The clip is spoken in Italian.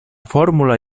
formula